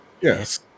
yes